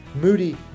moody